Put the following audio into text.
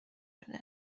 شده